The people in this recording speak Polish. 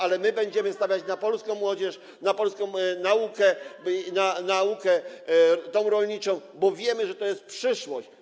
ale my będziemy stawiać na polską młodzież, na polską naukę, naukę rolniczą, bo wiemy, że to jest przyszłość.